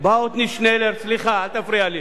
מחשב, מה הבעיה, לא יכול להיות דבר כזה,